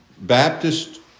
Baptist